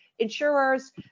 insurers